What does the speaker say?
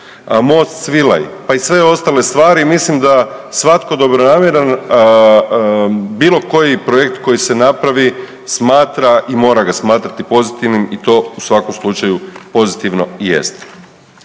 most Svilaj, pa i sve ostale stvari i mislim da svatko dobronamjeran bilo koji projekt koji se napravi smatra i mora ga smatrati pozitivnim i to u svakom slučaju pozitivno i jeste.